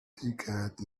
ticket